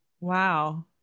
Wow